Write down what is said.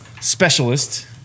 specialist